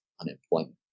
unemployment